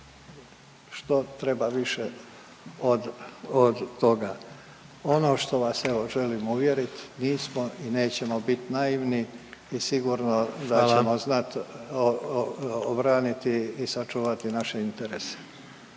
Što treba više od od toga. Ono što vas evo želim uvjerit, nismo i nećemo bit naivni i sigurno da ćemo znat obraniti i sačuvati naše interese.